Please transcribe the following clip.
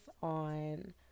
on